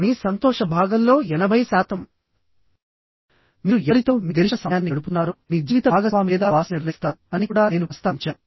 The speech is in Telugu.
మీ సంతోష భాగంలో ఎనభై శాతం మీరు ఎవరితో మీ గరిష్ట సమయాన్ని గడుపుతున్నారో మీ జీవిత భాగస్వామి లేదా బాస్ నిర్ణయిస్తారు అని కూడా నేను ప్రస్తావించాను